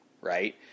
right